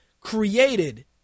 created